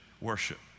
worship